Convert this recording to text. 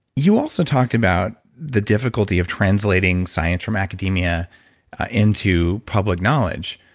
you also talked about the difficulty of translating science from academia into public knowledge.